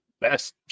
best